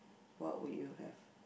what would you have